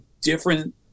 different